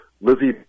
Lizzie